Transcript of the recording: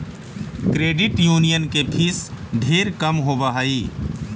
credit union के fees ढेर कम होब हई